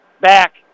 back